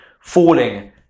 falling